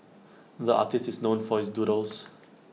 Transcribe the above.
the artist is known for his doodles